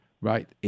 Right